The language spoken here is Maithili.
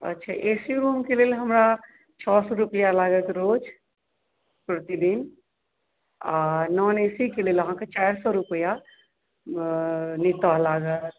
अच्छा ए सी रूमके लेल हमरा छओ सए रुपैआ लागत रोज प्रतिदिन आ नॉन ए सी के लेल अहाँकेँ चारि सए रुपैआ नीतः लागत